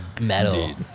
Metal